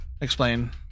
Explain